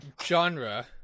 genre